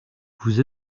vous